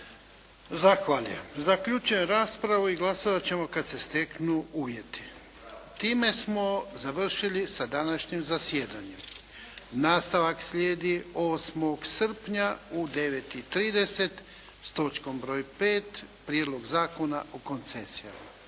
Zahvaljujem. Zaključujem raspravu i glasovat ćemo kad se steknu uvjeti. Time smo završili sa današnjim zasjedanjem. Nastavak slijedi 8. srpnja u 9,30 s točkom broj pet - Prijedlog zakona o koncesijama.